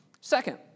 Second